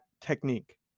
technique